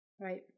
Right